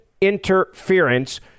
interference